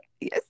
Yes